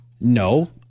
No